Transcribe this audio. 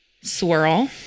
swirl